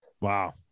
wow